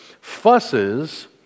Fusses